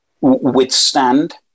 withstand